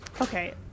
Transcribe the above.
Okay